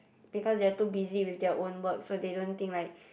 because they are too busy with their own work so they don't think like